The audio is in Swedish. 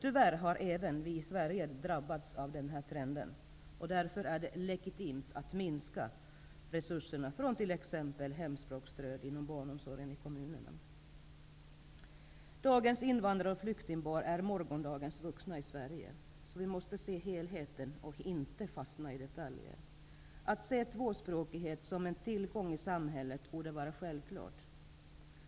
Tyvärr har även vi i Sverige drabbats av den här trenden, varigenom det blir legitimt att minska resurserna för t.ex. hemspråksstöd inom kommunernas barnomsorg. Dagens invandrar och flyktingbarn är morgondagens vuxna i Sverige. Vi måste se helheten och inte fastna i detaljer. Att se tvåspråkighet som en tillgång i samhället borde vara självklart.